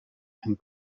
and